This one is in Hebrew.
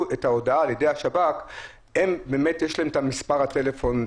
את ההודעה על ידי השב"כ שיש להם את מס' הטלפון,